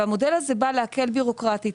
המודל הזה בא להקל בירוקרטית,